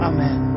Amen